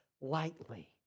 lightly